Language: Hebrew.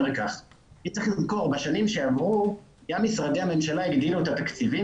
צריך לזכור שבשנים שעברו גם משרדי הממשלה הגדילו את התקציבים